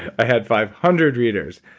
i had five hundred readers.